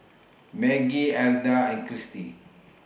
Maggie Elda and Christy